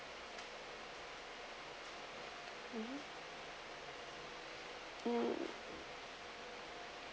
um